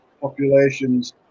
populations